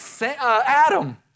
Adam